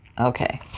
Okay